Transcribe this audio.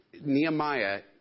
Nehemiah